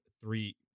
three